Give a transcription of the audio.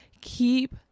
Keep